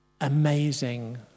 amazing